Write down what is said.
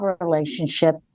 relationship